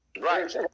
Right